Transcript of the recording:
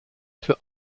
für